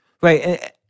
Right